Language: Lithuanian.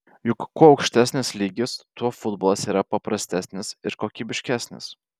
juk kuo aukštesnis lygis tuo futbolas yra paprastesnis ir kokybiškesnis